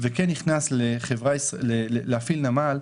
ונכנס להפעיל נמל,